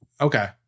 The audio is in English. okay